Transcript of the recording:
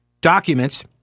documents